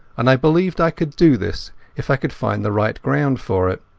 and i believed i could do this if i could find the right ground for it.